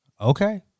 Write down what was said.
Okay